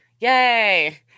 yay